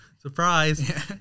surprise